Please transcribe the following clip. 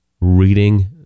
reading